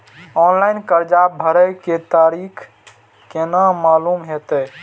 Online कर्जा भरे के तारीख केना मालूम होते?